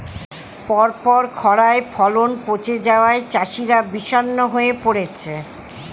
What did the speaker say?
পরপর খড়ায় ফলন পচে যাওয়ায় চাষিরা বিষণ্ণ হয়ে পরেছে